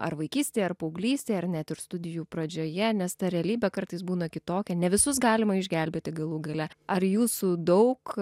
ar vaikystėje ar paauglystėje ar net ir studijų pradžioje nes ta realybė kartais būna kitokia ne visus galima išgelbėti galų gale ar jūsų daug